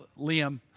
Liam